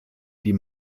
die